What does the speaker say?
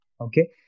okay